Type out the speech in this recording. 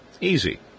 Easy